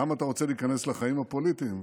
למה אתה רוצה להיכנס לחיים הפוליטיים,